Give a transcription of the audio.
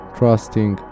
trusting